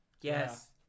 Yes